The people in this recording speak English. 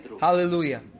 Hallelujah